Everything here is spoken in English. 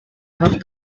have